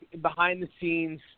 behind-the-scenes